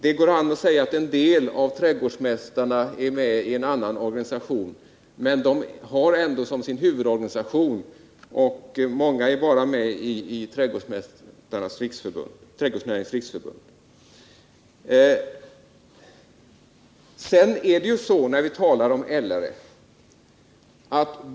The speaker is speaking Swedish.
Det går an att säga att en del av trädgårdsmästarna är med i LRF, men de har ändå en annan organisation, Trädgårdsnäringens riksförbund, som sin huvudorganisation, och många är med bara i den.